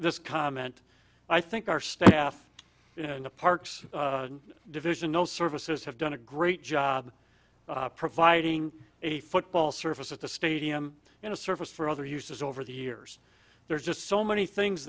this comment i think our staff in the parks division know services have done a great job providing a football service at the stadium and a service for other uses over the years there's just so many things